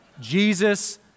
Jesus